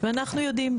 ואנחנו יודעים,